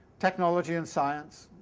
technology and science,